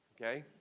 okay